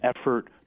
effort